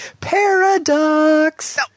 Paradox